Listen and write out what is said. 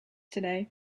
today